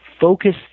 focus